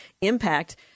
impact